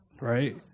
right